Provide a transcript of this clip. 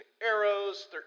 arrows